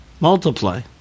Multiply